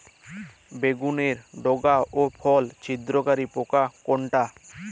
বেগুনের ডগা ও ফল ছিদ্রকারী পোকা কোনটা?